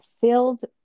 filled